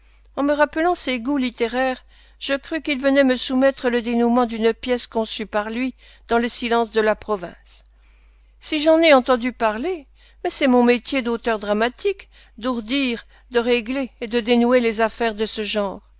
en me rappelant ses goûts littéraires je crus qu'il venait me soumettre le dénouement d'une pièce conçue par lui dans le silence de la province si j'en ai entendu parler mais c'est mon métier d'auteur dramatique d'ourdir de régler et de dénouer les affaires de ce genre